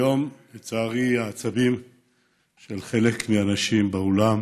היום, לצערי, חלק מהאנשים באולם